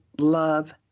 love